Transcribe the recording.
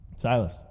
silas